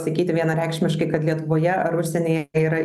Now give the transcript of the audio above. sakyti vienareikšmiškai kad lietuvoje ar užsienyje yra